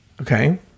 okay